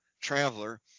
traveler